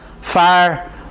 fire